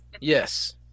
Yes